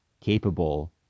capable